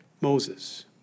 Moses